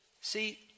see